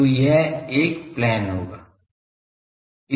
तो वह एक प्लेन होगा